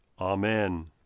Amen